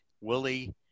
Willie